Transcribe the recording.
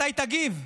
מתי תגיב?